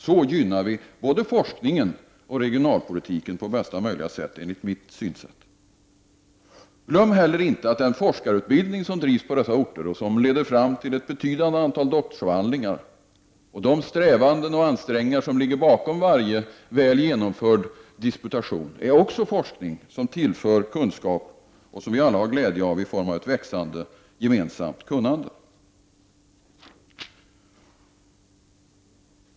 Så gynnar vi både forskningen och regionalpolitiken på bästa möjliga sätt enligt mitt sätt att se. Glöm heller inte att den forskarutbildning som bedrivs på dessa orter leder fram till ett betydande antal doktorsavhandlingar. De strävanden och ansträngningar som ligger bakom varje väl genomförd disputation är också forskning som tillför kunskap och som vi alla har glädje av i form av ett växande gemensamt kunnande.